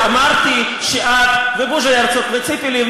אמרתי שאת ובוז'י הרצוג וציפי לבני,